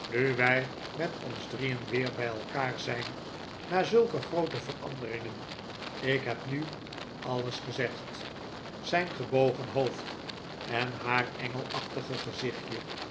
wij met ons drieen weer bij elkaar zijn na zulke groote veranderingen ik heb nu alles gezegd zijn gebogen hoofd en haar engelachtige gezichtje